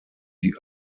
die